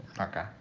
Okay